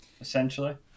essentially